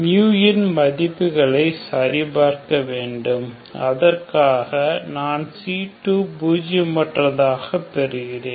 ன் மதிப்புகளை சரிபார்க்கப்பட வேண்டும் அதற்காக நான் c2 பூஜியமற்றதாக பெறுகிறேன்